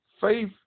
Faith